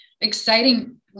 exciting